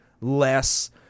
less